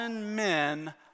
men